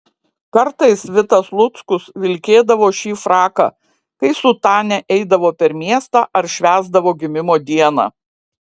kartais vitas luckus vilkėdavo šį fraką kai su tania eidavo per miestą ar švęsdavo gimimo dieną